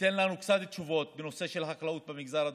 ייתן לנו קצת תשובות בנושא של חקלאות במגזר הדרוזי,